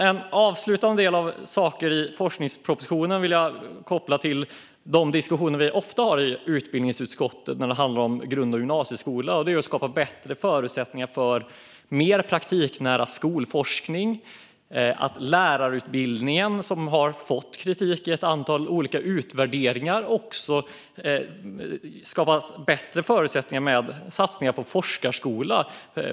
En avslutande del i forskningspropositionen vill jag koppla till de diskussioner som vi ofta har i utbildningsutskottet när det handlar om grund och gymnasieskola, och det är att skapa bättre förutsättningar för mer praktiknära skolforskning och för lärarutbildningen, som har fått kritik i ett antal olika utvärderingar, genom satsningar på forskarskola.